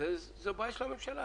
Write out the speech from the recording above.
זאת בעיה של הממשלה,